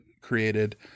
created